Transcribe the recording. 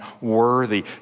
worthy